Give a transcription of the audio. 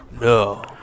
No